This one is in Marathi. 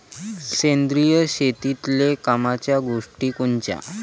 सेंद्रिय शेतीतले कामाच्या गोष्टी कोनच्या?